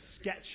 sketch